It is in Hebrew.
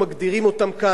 בהצעת החוק הזאת,